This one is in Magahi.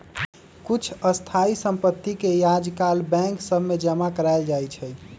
कुछ स्थाइ सम्पति के याजकाल बैंक सभ में जमा करायल जाइ छइ